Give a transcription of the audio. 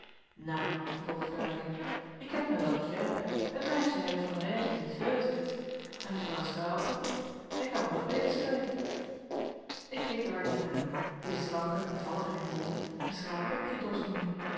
nou vervolgde de waardin ik ken t me wel begrijpen het meisje heit van der aigen niet veul zeggen ze en t is maar een schraal poppie hij kan wel wat beters krijgen ik keek de waardin aan die de slanke bevallige henriëtte een schraal popje dorst noemen